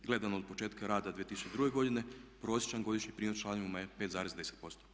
I gledano od početka rada 2002. godine prosječan godišnji prinos članovima je 5,10%